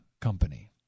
company